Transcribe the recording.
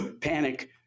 Panic